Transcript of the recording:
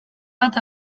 bat